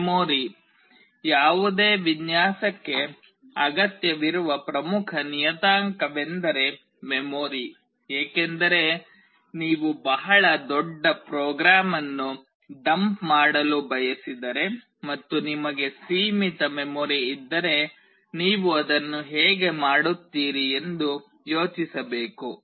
memory ಯಾವುದೇ ವಿನ್ಯಾಸಕ್ಕೆ ಅಗತ್ಯವಿರುವ ಪ್ರಮುಖ ನಿಯತಾಂಕವೆಂದರೆ ಮೆಮೊರಿ ಏಕೆಂದರೆ ನೀವು ಬಹಳ ದೊಡ್ಡ ಪ್ರೋಗ್ರಾಂ ಅನ್ನು ಡಂಪ್ ಮಾಡಲು ಬಯಸಿದರೆ ಮತ್ತು ನಿಮಗೆ ಸೀಮಿತ ಮೆಮೊರಿ ಇದ್ದರೆ ನೀವು ಅದನ್ನು ಹೇಗೆ ಮಾಡುತ್ತೀರಿ ಎಂದು ಯೋಚಿಸಬೇಕು